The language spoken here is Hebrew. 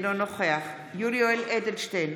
אינו נוכח יולי יואל אדלשטיין,